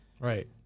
Right